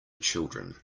children